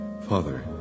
Father